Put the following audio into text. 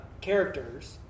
characters